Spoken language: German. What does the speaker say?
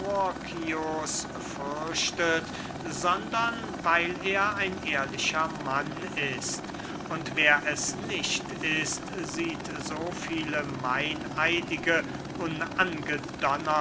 sondern weil er ein ehrlicher mann ist und wer es nicht ist sieht so viele meineidige unangedonnert